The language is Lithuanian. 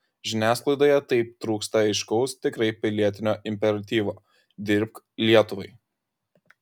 žiniasklaidoje taip trūksta aiškaus tikrai pilietinio imperatyvo dirbk lietuvai